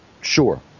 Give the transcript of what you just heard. Sure